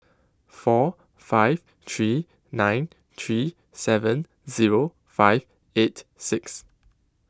four five three nine three seven zero five eight six